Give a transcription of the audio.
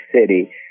city